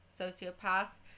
sociopaths